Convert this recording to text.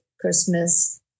Christmas